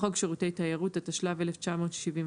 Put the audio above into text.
בחוק שירותי תיירות, התשל"ו-1976.